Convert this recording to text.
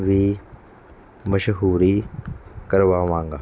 ਵੀ ਮਸ਼ਹੂਰੀ ਕਰਵਾਵਾਂਗਾ